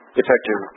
effective